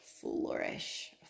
flourish